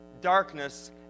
darkness